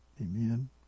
Amen